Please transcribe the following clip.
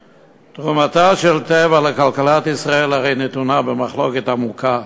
תרומתה של "טבע" לכלכלת ישראל הרי נתונה במחלוקת עמוקה,